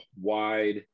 wide